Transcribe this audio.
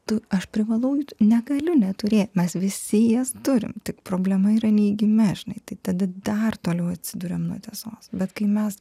tu aš privalau jų negaliu neturėt mes visi jas turime tik problema yra neigime žinai tai tada dar toliau atsiduriam nuo tiesos bet kai mes